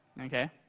Okay